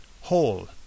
hall